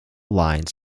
lines